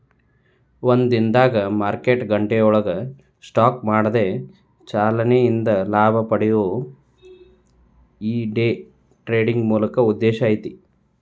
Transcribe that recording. ಒಂದ ದಿನದಾಗ್ ಮಾರ್ಕೆಟ್ ಗಂಟೆಯೊಳಗ ಸ್ಟಾಕ್ ಮಾಡಿದ ಚಲನೆ ಇಂದ ಲಾಭ ಪಡೆಯೊದು ಈ ಡೆ ಟ್ರೆಡಿಂಗಿನ್ ಮೂಲ ಉದ್ದೇಶ ಐತಿ